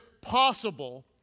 possible